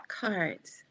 Cards